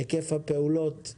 היקף הפעולות זהה?